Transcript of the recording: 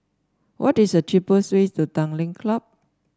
what is the cheapest way to Tanglin Club